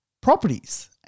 properties